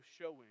showing